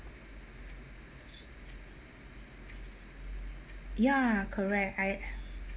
ya correct I